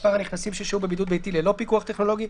מספר הנכנסים ששהו בבידוד ביתי ללא פיקוח טכנולוגי,